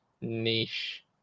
niche